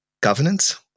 governance